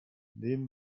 nehmen